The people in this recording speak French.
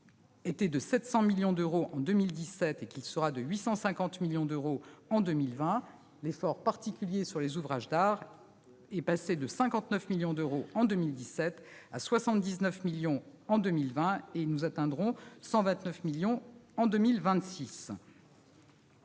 était de 700 millions d'euros en 2017, sera de 850 millions d'euros en 2020. L'effort particulier sur les ouvrages d'art passera de 59 millions d'euros en 2017 à 79 millions d'euros en 2020 et atteindra 129 millions d'euros